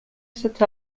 set